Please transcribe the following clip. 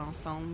ensemble